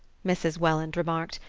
mrs. welland remarked,